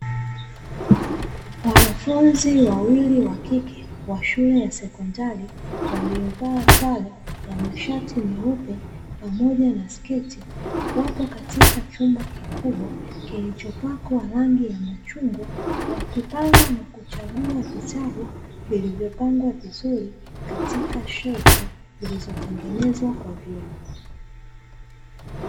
Wanafunzi wawili wa kike wa shule ya sekondari waliovaa sare ya mashati meupe pamoja na sketi, wapo katika chumba kikubwa kilichopangwa rangi ya machungwa wakipanga na kuchagua vitabu vilivyopangwa vizuri katika shelfu zilizotengenezwa kwa vyuma.